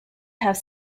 have